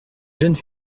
jeunes